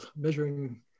measuring